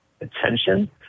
attention